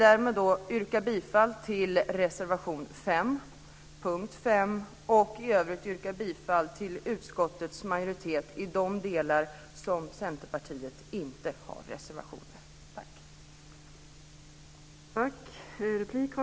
Därmed yrkar jag bifall till reservation 5 punkt 5 och i övrigt bifall till utskottsmajoritetens förslag i de delar där Centerpartiet inte har reservationer.